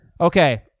Okay